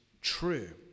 true